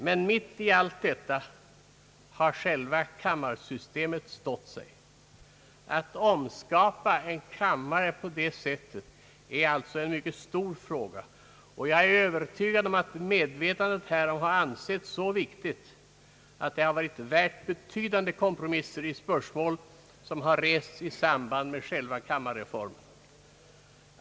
Men mitt i allt detta har alltså själva kammarsystemet stått sig. Att omskapa kammarsystemet som föreslagits är en mycket stor sak, och jag är övertygad om att den har ansetts så viktig att den har varit värd betydande kompromisser beträffande spörsmål som rests i samband med själva kammarreformen.